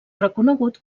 reconegut